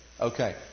Okay